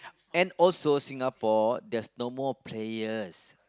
and also Singapore there's no more players